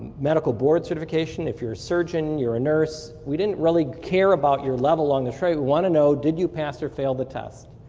medical board certification, if you're a surgeon, you're a nurse, we didn't really care about your level along the trait, we want to know did you pass or fail the test?